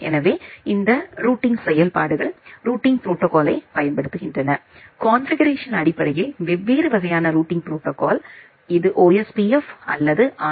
எனவே இந்த ரூட்டிங் செயல்பாடுகள் ரூட்டிங் ப்ரோடோகால்யை பயன்படுத்துகின்றன கான்ஃபிகுரேஷன் அடிப்படையில் வெவ்வேறு வகையான ரூட்டிங் ப்ரோடோகால் இது ஒஸ்பிப் அல்லது ஆர்